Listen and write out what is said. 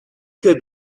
could